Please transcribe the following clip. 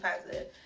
positive